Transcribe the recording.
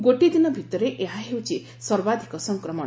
ଗୋଟିଏ ଦିନ ଭିତରେ ଏହା ହେଉଛି ସର୍ବାଧକ ସଂକ୍ରମଣ